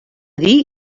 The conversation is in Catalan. dir